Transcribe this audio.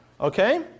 Okay